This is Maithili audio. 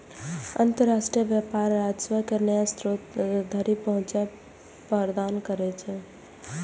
अंतरराष्ट्रीय व्यापार राजस्व के नया स्रोत धरि पहुंच प्रदान करै छै